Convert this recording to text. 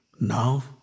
Now